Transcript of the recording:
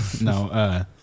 no